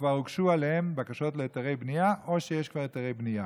שכבר הוגשו עליהן בקשות להיתרי בנייה או שיש כבר היתרי בנייה.